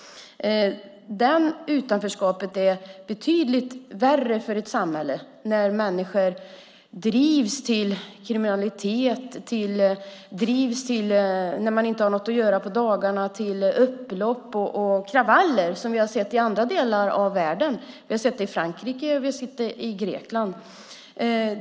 Detta utanförskap är betydligt värre för ett samhälle. Då drivs människor till kriminalitet. När de inte har något att göra på dagarna drivs de till upplopp och kravaller, som vi har sett i andra delar av världen. Vi har sett det i Frankrike och Grekland.